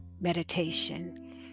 meditation